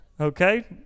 Okay